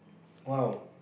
!wow!